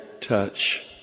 touch